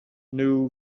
new